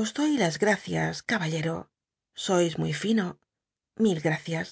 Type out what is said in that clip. os doy las gracias caballero sois muy lino mil gracias